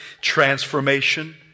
transformation